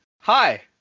hi